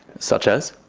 such as?